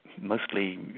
mostly